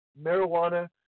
Marijuana